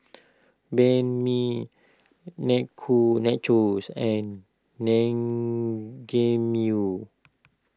Banh Mi Nachos and Naengmyeon